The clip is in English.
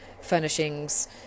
furnishings